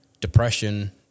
Depression